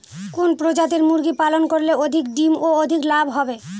কোন প্রজাতির মুরগি পালন করলে অধিক ডিম ও অধিক লাভ হবে?